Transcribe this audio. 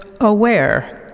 aware